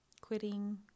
Quitting